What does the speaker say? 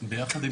ביחד עם